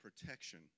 protection